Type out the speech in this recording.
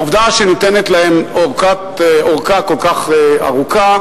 העובדה שניתנת להם ארכה כל כך ארוכה,